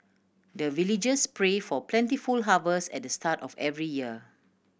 the villagers pray for plentiful harvest at the start of every year